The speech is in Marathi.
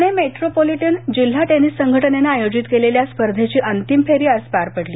पुणे मेट्रोपोलिटन जिल्हा टेनिस संघटनेनं आयोजित केलेल्या स्पर्धेंची अंतिम फेरी आज पार पडली